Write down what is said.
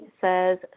says